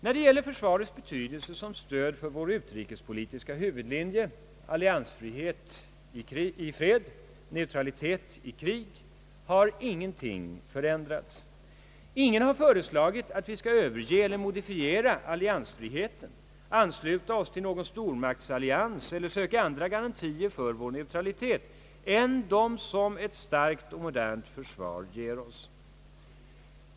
När det gäller försvarets betydelse som stöd för vår utrikespolitiska huvudlinje — alliansfrihet i fred, neutralitet i krig — har ingenting förändrats. Ingen har föreslagit att vi skall överge eller modifiera alliansfriheten, ansluta oss till någon stormaktsallians eller söka andra garantier för vår neutralitet än de som ett starkt modernt försvar ger oss.